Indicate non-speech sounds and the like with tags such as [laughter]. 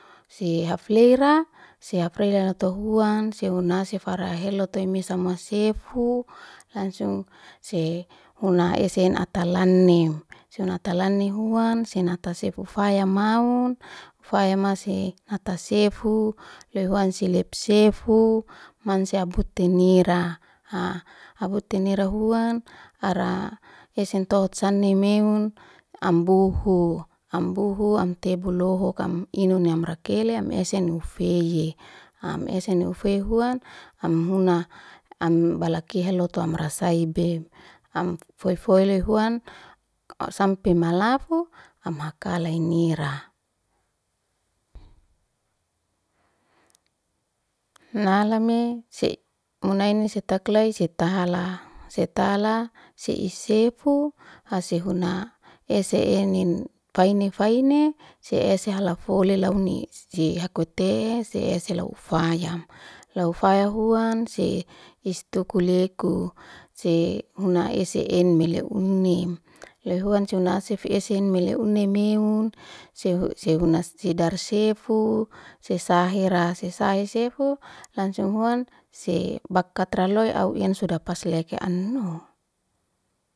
Se hafleira se hafleura tu huan si huan hase fara heloy toi misa masefu langsung se huna esen atalanim, sihuna hata lani huan sin hata sef hufaya maun, ufaya masek mata sefu loy huan silip sefu mansia abute nir [hesitation] ebute nira huan ara esen tohut sani meun am bohu, am buhu am tebu lohuk am inino amra kele am esen ufeye. Am esenni ufeye huan am huna, am balakehe lotu amra saibem, am foi- foi leu huan sampe malafu am hakalay nira. Nalame se munaini sitaklai sita hala, sita hala se'i sefu ase huna ese anin faini faine se hese halafoley launi si haku tehe, se hese lau ufayam, lau ufaya huan se istuku leku, se huna'en mili unem loy huan si huna asif esen mele uni meun, se- sehuna sidar sefu sehira, sesahi sefu alngsung huan se bakatra loy au in suda pas leke anhuna'o